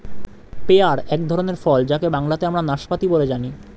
pair এক ধরনের ফল যাকে বাংলাতে আমরা নাসপাতি বলে জানি